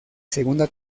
segunda